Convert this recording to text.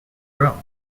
drums